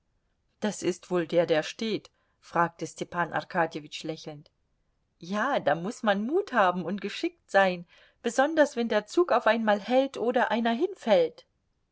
das ist wohl der der steht fragte stepan arkadjewitsch lächelnd ja da muß man mut haben und geschickt sein besonders wenn der zug auf einmal hält oder einer hinfällt